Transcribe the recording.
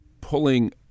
pulling